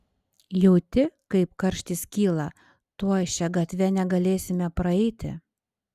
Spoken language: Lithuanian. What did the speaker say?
jauti kaip karštis kyla tuoj šia gatve negalėsime praeiti